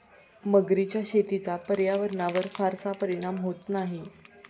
मगरीच्या शेतीचा पर्यावरणावर फारसा परिणाम होत नाही